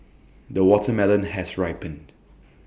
the watermelon has ripened